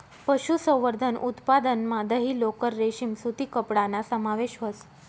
पशुसंवर्धन उत्पादनमा दही, लोकर, रेशीम सूती कपडाना समावेश व्हस